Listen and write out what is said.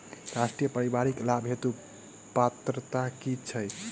राष्ट्रीय परिवारिक लाभ हेतु पात्रता की छैक